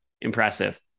impressive